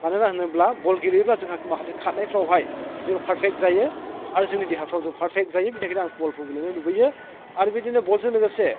मानो होनोब्ला बल गेलेयोब्ला जोंहा माखासे खारनायफ्रावहाय जों पारफेक्ट जायो आरो जोंनि देहाफ्राव जों पारफेक्ट जायो बिनि थाखायनो आं बलखौ गेलेनो लुबैयो आरो बिदिनो बलजों लोगोसे